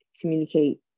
communicate